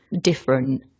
different